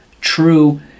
true